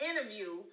interview